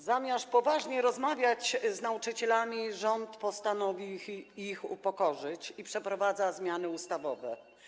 Zamiast poważnie rozmawiać z nauczycielami, rząd postanowił ich upokorzyć i przeprowadza zmiany ustawowe.